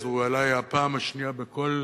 זו אולי הפעם השנייה בכל